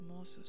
hermosos